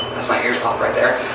as my ears pop right there,